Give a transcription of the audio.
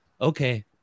okay